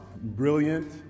brilliant